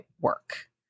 work